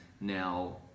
Now